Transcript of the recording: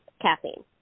caffeine